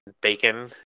bacon